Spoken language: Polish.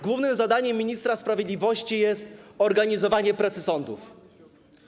Głównym zadaniem ministra sprawiedliwości jest organizowanie pracy sądów.